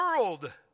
world